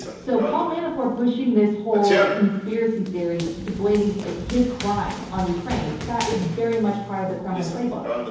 so paul manafort pushing this whole conspiracy theory to blame and ah his crime on ukraine, that is very much part of the kremlin playbook,